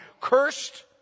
cursed